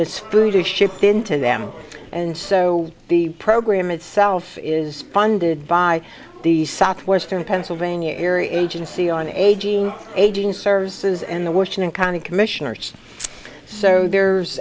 is shipped into them and so the program itself is funded by the southwestern pennsylvania area agency on aging aging services in the washington county commissioners so there's